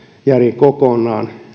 järin kokonaan